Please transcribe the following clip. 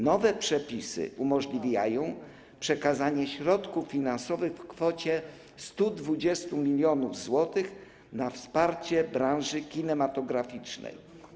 Nowe przepisy umożliwiają przekazanie środków finansowych w kwocie 120 mln zł na wsparcie branży kinematograficznej.